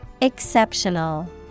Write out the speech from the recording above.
Exceptional